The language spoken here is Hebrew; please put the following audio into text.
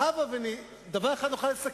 אבל לא ידעתי שהנאום לשינוי